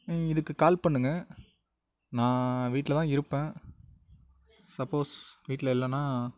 நீங்கள் இதுக்கு கால் பண்ணுங்கள் நான் வீட்டில் தான் இருப்பேன் சப்போஸ் வீட்டில் இல்லைன்னா